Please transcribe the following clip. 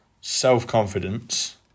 self-confidence